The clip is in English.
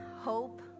hope